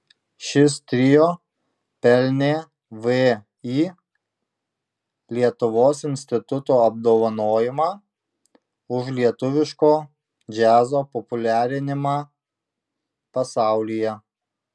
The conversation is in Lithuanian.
šis trio pelnė vį lietuvos instituto apdovanojimą už lietuviško džiazo populiarinimą pasaulyje